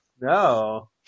No